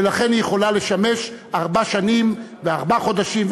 ולכן היא יכולה לשמש ארבע שנים וארבעה חודשים,